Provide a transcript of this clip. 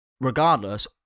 Regardless